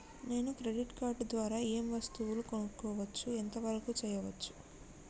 నేను credit card ద్వారా ఏం వస్తువులు కొనుక్కోవచ్చు ఎంత వరకు చేయవచ్చు?